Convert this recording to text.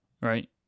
right